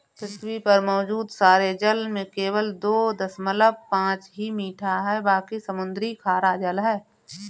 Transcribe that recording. पृथ्वी पर मौजूद सारे जल में केवल दो दशमलव पांच ही मीठा है बाकी समुद्री खारा जल है